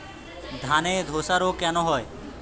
ধানে ধসা রোগ কেন হয়?